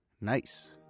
nice